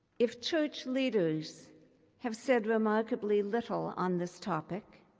if church leaders have said remarkably little on this topic,